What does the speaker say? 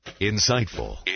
Insightful